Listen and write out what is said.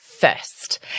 First